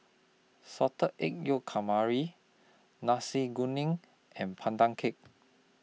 Salted Egg Yolk Nasi Kuning and Pandan Cake